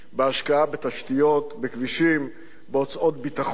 בהשקעה בתשתיות, בכבישים, בהוצאות ביטחון